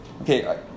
Okay